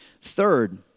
Third